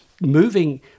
moving